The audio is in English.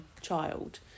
child